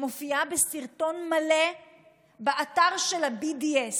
מופיעה בסרטון מלא באתר של ה-BDS,